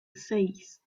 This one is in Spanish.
seis